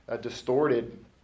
distorted